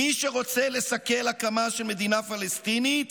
"מי שרוצה לסכל הקמה של מדינה פלסטינית